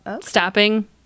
stopping